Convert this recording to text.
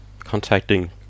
contacting